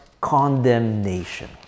condemnation